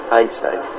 Einstein